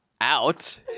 out